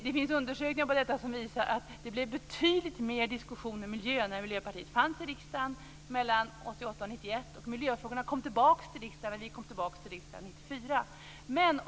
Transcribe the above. Det finns undersökningar om detta som visar att det blev betydligt mer diskussion om miljön när Miljöpartiet fanns i riksdagen 1988-1991, och miljöfrågorna kom tillbaka till riksdagen när vi kom tillbaka till riksdagen år 1994.